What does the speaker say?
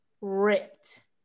ripped